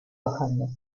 bajando